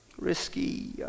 Risky